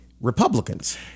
Republicans